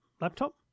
laptop